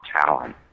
talent